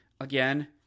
Again